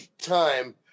time